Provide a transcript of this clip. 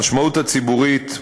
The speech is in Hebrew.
המשמעות הציבורית,